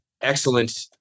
excellent